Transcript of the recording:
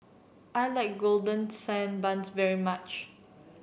I like Golden Sand Buns very much